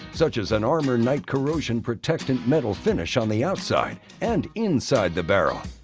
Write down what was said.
such as an armornite corrosion protectant metal finish on the outside and inside the barrel.